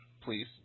Please